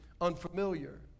unfamiliar